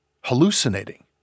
hallucinating